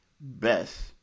best